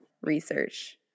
research